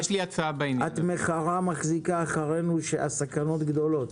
את אומרת כמונו שהסכנות גדולות.